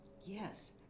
Yes